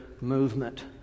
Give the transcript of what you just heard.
movement